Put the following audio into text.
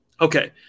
Okay